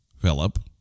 Philip